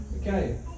Okay